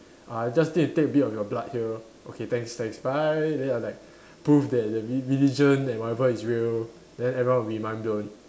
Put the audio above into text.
I just need to take a bit of your blood here okay thanks thanks bye then I like prove that re~ religion and whatever is real then everyone will be mind blown